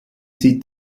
sie